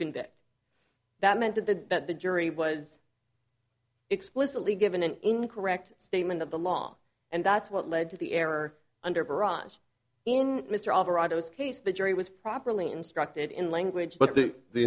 convict that meant that the that the jury was explicitly given an incorrect statement of the law and that's what led to the error under barrage in mr alvarado his case the jury was properly instructed in language but that the